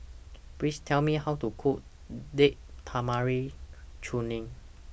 Please Tell Me How to Cook Date Tamarind Chutney